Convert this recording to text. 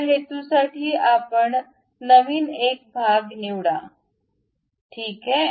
त्या हेतूसाठी आपण नवीन एक भाग उघडा ठीक आहे